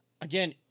Again